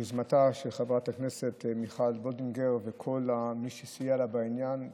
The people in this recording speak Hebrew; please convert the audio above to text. ביוזמתה של חברת הכנסת מיכל וולדיגר וכל מי שסייע לה בעניין.